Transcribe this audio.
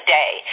day